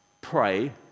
pray